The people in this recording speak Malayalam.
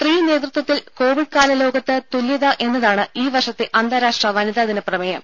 സ്ത്രീ നേതൃത്വത്തിൽ കോവിഡ് കാല ലോകത്ത് തുല്ല്യത എന്നതാണ് ഈ വർഷത്തെ അന്താരാഷ്ട്ര വനിതാ ദിന പ്രമേയം